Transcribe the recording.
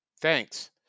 Thanks